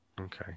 okay